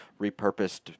repurposed